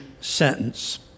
sentence